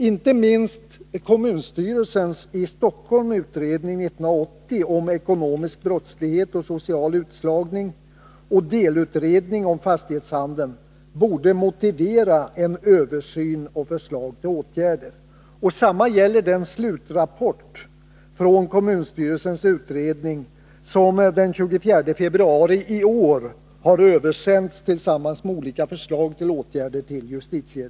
Inte minst kommunstyrelsens i Stockholm utredning 1980 om ekonomisk brottslighet och social utslagning och delutredningen om fastighetshandeln borde motivera en översyn och förslag till åtgärder. Detsamma gäller slutrapporten från kommunstyrelsens utredning som den 24 februari i år översändes till justitiedepartementet tillsammans med olika förslag till åtgärder.